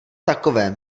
takovém